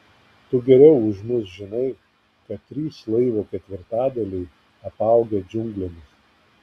tu geriau už mus žinai kad trys laivo ketvirtadaliai apaugę džiunglėmis